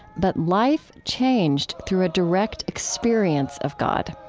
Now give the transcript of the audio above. but life changed through a direct experience of god.